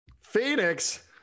Phoenix